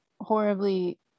horribly